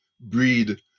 breed